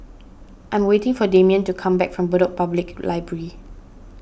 I am waiting for Demian to come back from Bedok Public Library